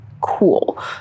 cool